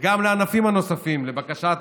וגם לענפים הנוספים, לבקשת